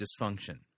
dysfunction